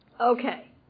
Okay